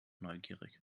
neugierig